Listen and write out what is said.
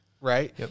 right